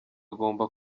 agomba